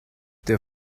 der